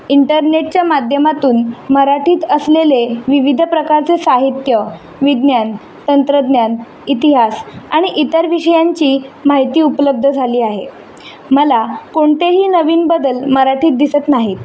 इंटरनेटच्या माध्यमातून मराठीत असलेले विविध प्रकारचे साहित्य विज्ञान तंत्रज्ञान इतिहास आणि इतर विषयांची माहिती उपलब्ध झाली आहे मला कोणतेही नवीन बदल मराठीत दिसत नाहीत